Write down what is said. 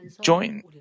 join